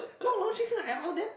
no logical at all then